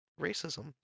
racism